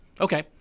okay